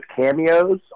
cameos